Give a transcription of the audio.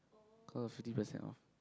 cause fifty percent off